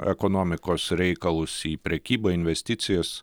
ekonomikos reikalus į prekybą investicijas